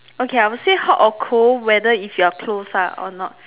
okay I would say hot or cold whether if you are close lah or not